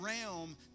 realm